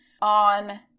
on